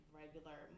regular